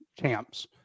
champs